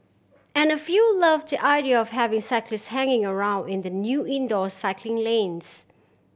and a few loved the idea of having cyclist hanging around in the new indoor cycling lanes